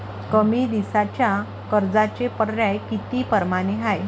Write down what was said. कमी दिसाच्या कर्जाचे पर्याय किती परमाने हाय?